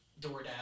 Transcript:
DoorDash